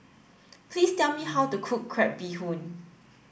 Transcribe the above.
please tell me how to cook crab bee hoon